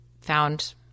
found